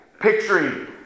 Picturing